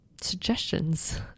suggestions